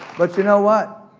but you know what?